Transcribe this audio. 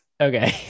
okay